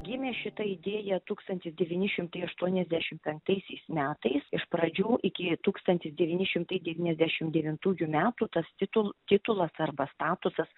gimė šita idėja tūkstantis devyni šimtai aštuoniasdešim penktaisiais metais iš pradžių iki tūkstantis devyni šimtai devyniasdešim devintųjų metų tas titul titulas arba statusas